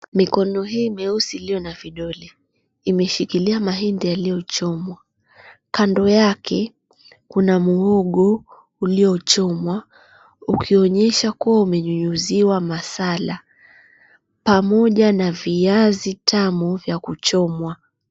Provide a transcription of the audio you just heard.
Mikono hii meusi iliyo na vidole imeshikilia mahindi yaliyochomwa. Kando yake kuna muhogo uliochomwa, ukionyesha kuwa umenyunyuziwa masala. Pamoja na viazi tamu vya kuchomwa.